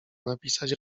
napisać